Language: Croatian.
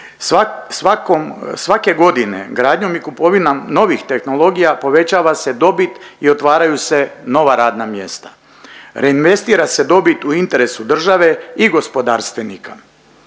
svake godine gradnje i kupovinom novih tehnologija povećava se dobit i otvaraju se nova radna mjesta, reinvestira se dobit u interesu države i gospodarstvenika.